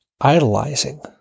idolizing